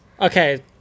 Okay